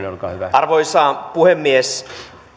arvoisa puhemies